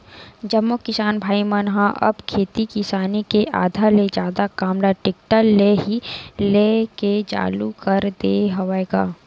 जम्मो किसान भाई मन ह अब खेती किसानी के आधा ले जादा काम ल टेक्टर ले ही लेय के चालू कर दे हवय गा